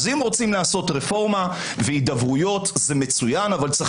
אז אם רוצים לעשות רפורמה והידברויות זה מצוין אבל צריך